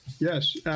yes